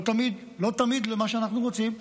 לא תמיד למה שאנחנו רוצים.